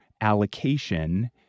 allocation